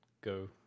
go